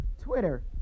Twitter